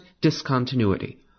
discontinuity